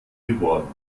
beworben